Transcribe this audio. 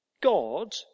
God